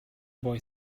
boy